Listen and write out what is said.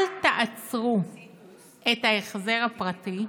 אל תעצרו את ההחזר הפרטי.